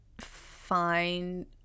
find